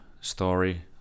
story